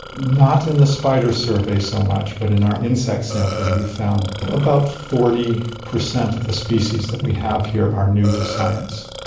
not in the spider survey so much, but in our insect sampling we found about forty percent of the species that we have here are new to science.